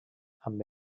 amb